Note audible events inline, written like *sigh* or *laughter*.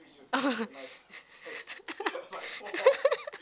oh *laughs*